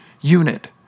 unit